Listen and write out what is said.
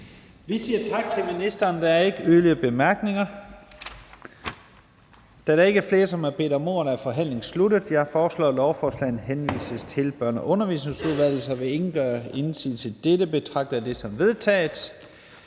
Vi siger tak til ministeren. Der er ingen korte bemærkninger. Da der ikke er flere, som har bedt om ordet, er forhandlingen sluttet. Jeg foreslår, at lovforslaget henvises til Børne- og Undervisningsudvalget. Hvis ingen gør indsigelse mod dette, betragter jeg det som vedtaget.